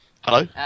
Hello